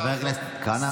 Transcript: חבר הכנסת כהנא,